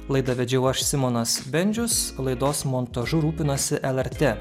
laidą vedžiau aš simonas bendžius laidos montažu rūpinasi lrt